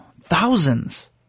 Thousands